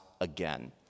again